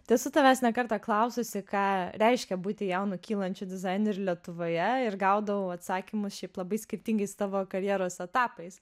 tai esu tavęs ne kartą klaususi ką reiškia būti jaunu kylančiu dizaineriu ir lietuvoje ir gaudavau atsakymus šiaip labai skirtingais savo karjeros etapais